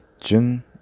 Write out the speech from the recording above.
June